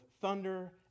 thunder